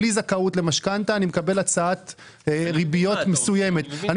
בלי זכאות למשכנתה אני מקבל הצעת ריביות מסוימת.